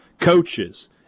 Coaches